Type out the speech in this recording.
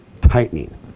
tightening